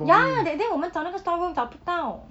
ya that day 我们找那个 store room 找不到